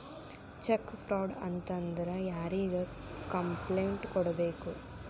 check fraud ಆತಂದ್ರ ಯಾರಿಗ್ complaint ಕೂಡ್ಬೇಕು